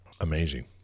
Amazing